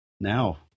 Now